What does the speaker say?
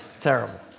Terrible